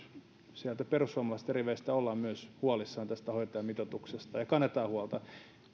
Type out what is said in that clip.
sieltä perussuomalaisten riveistä ollaan myös huolissaan tästä hoitajamitoituksesta ja kannetaan huolta